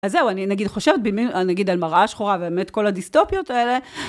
אז זהו, אני נגיד חושבת במין, נגיד על מראה שחורה ובאמת כל הדיסטופיות האלה.